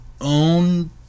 own